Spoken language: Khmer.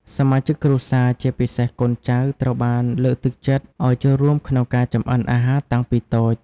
សមាជិកគ្រួសារ ជាពិសេសកូនចៅ ត្រូវបានលើកទឹកចិត្តឱ្យចូលរួមក្នុងការចម្អិនអាហារតាំងពីតូច។